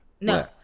No